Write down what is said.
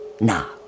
Now